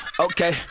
Okay